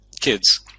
kids